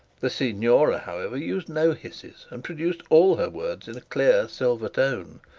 the signora however used no hisses, and produced all her words in a clear silver tone,